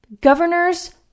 governors